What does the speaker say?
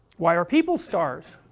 why are people stars?